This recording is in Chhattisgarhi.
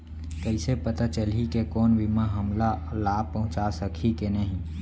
कइसे पता चलही के कोनो बीमा हमला लाभ पहूँचा सकही के नही